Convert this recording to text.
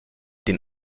den